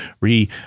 re